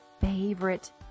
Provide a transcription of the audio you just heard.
favorite